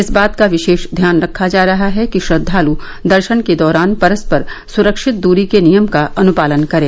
इस बात का विशेष ध्यान रखा जा रहा है कि श्रद्वाल् दर्शन के दौरान परस्पर सुरक्षित दूरी के नियम का अनुपालन करें